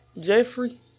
Jeffrey